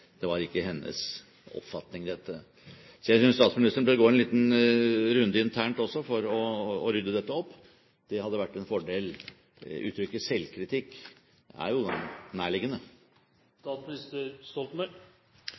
ikke var hennes oppfatning. Så jeg synes statsministeren bør gå en liten runde også internt for å rydde opp i dette. Det hadde vært en fordel – og det å uttrykke selvkritikk er jo